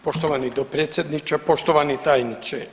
Poštovani dopredsjedniče, poštovani tajniče.